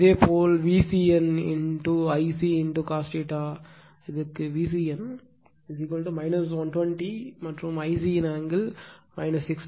இதேபோல் VCN Ic cos க்கு இது VCN 120 மற்றும் Ic இன் ஆங்கிள் 66